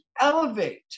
elevate